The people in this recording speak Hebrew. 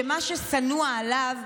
שמה ששנוא עליו,